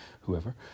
whoever